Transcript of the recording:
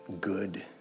good